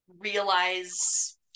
realize